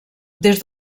des